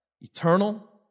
eternal